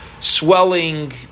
swelling